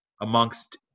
amongst